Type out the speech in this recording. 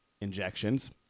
injections